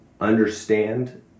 understand